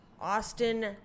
Austin